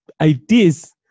ideas